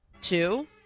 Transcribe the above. two